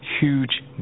huge